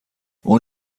اون